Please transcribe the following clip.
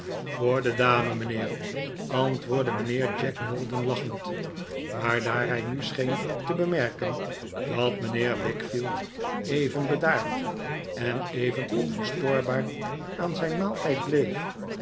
voor de dame mijnheer antwoordde mijnheer jack maldon lachend maar daar hij nu scheen te bemerken dat mijnheer wickfield even bedaard en even onverstoorbaar aan zijn maaltijd bleef